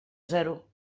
zero